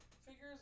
figures